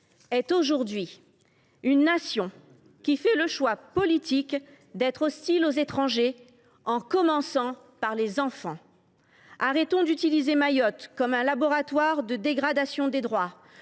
fait aujourd’hui le choix politique de se montrer hostile aux étrangers, en commençant par les enfants. Arrêtons d’utiliser Mayotte comme un laboratoire de dégradation des droits